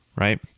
right